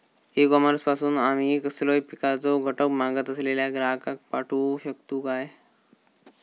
E commerce पासून आमी कसलोय पिकाचो घटक मागत असलेल्या ग्राहकाक पाठउक शकतू काय?